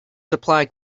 supply